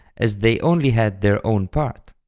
as they only had their own part.